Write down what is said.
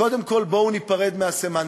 קודם כול, בואו ניפרד מהסמנטיקה.